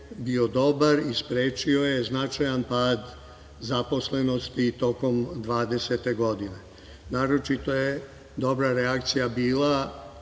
bio dobar i sprečio je značajan pad zaposlenosti tokom 2020. godine. Naročito je dobra reakcija bila